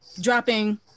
dropping